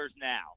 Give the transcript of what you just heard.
now